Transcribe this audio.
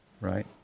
right